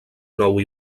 nou